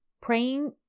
Praying